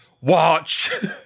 Watch